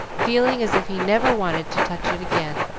feeling as if he never wanted to touch it again.